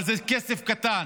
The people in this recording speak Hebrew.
אבל זה כסף קטן,